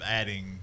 adding